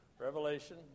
Revelation